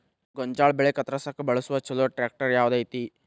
ಗೋಂಜಾಳ ಬೆಳೆ ಕತ್ರಸಾಕ್ ಬಳಸುವ ಛಲೋ ಟ್ರ್ಯಾಕ್ಟರ್ ಯಾವ್ದ್ ಐತಿ?